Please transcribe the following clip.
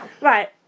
Right